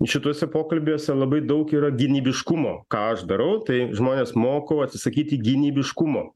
šituose pokalbiuose labai daug yra gynybiškumo ką aš darau tai žmones mokau atsisakyti gynybiškumo